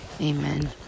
Amen